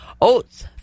Oats